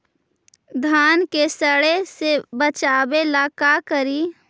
धान के सड़े से बचाबे ला का करि?